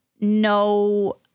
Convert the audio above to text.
no